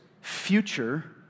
future